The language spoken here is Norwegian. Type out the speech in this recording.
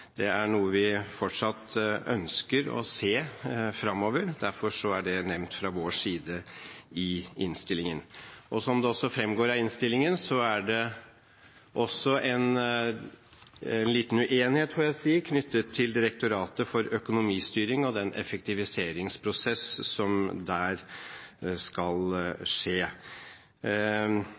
er noe vi fortsatt ønsker å se fremover. Derfor er det nevnt fra vår side i innstillingen. Som det også fremgår av innstillingen, er det en liten uenighet knyttet til Direktoratet for økonomistyring og den effektiviseringsprosess som der skal skje.